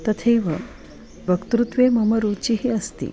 तथैव वक्तृत्वे मम रुचिः अस्ति